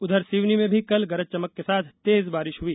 उधर सिवनी में भी कल गरज चमक के साथ तेज बारिश हई